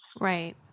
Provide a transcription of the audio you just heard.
right